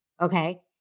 Okay